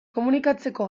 komunikatzeko